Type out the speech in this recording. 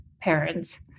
parents